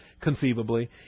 conceivably